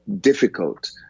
difficult